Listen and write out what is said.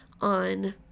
on